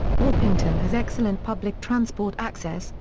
orpington has excellent public transport access,